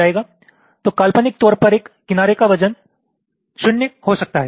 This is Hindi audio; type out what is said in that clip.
तो काल्पनिक तौर पर एक किनारे का वजन 0 हो सकता है